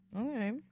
Okay